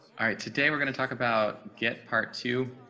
alright, today we're going to talk about get part two